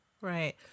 Right